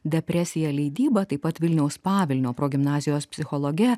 depresiją leidybą taip pat vilniaus pavilnio progimnazijos psichologe